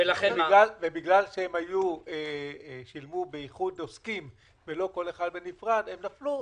ובגלל שהם שילמו באיחוד עוסקים ולא כל אחד בנפרד הם נפלו.